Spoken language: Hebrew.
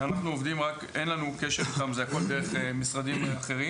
שאין לנו קשר איתם והכול דרך משרדים אחרים